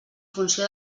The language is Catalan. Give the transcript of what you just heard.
funció